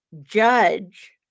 judge